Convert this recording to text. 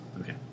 Okay